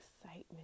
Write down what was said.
excitement